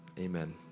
amen